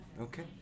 Okay